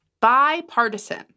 bipartisan